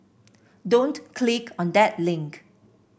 don't click on that link